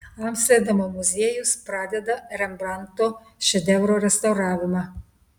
amsterdamo muziejus pradeda rembrandto šedevro restauravimą